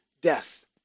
death